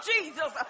Jesus